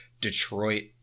Detroit